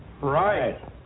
Right